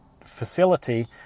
facility